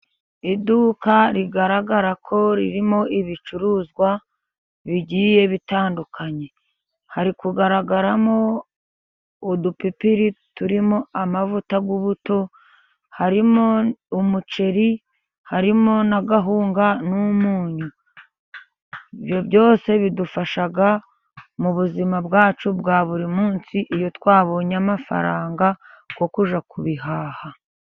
Iduka rigaragara ko ririmo ibicuruzwa bigiye bitandukanye. Hari kugaragaramo udupipiri turimo amavuta y'ubuto, harimo umuceri, harimo na kawunga n'umunyu. Ibyo byose bidufasha mu buzima bwacu bwa buri munsi, iyo twabonye amafaranga yo kujya kubihaha.